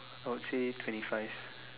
I would say twenty five